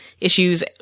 issues